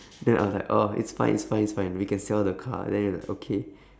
then I was like uh it's fine it's fine it's fine we can sell the car then he was like okay